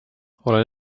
olen